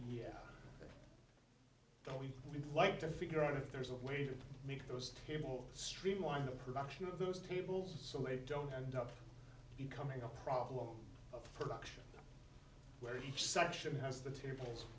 that we'd like to figure out if there's a way to make those to streamline the production of those tables so maybe don't end up becoming a problem of production where each section has the tables